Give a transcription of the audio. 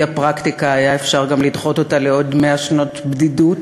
הפרקטיקה היה אפשר גם לדחות אותה לעוד מאה שנות בדידות.